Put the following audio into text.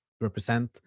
represent